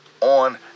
on